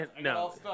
No